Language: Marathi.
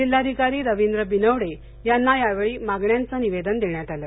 जिल्हाधिकारी रवींद्र बिनवडे यांना यावेळी मागण्याचं निवेदन देण्यात आलं